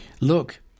Look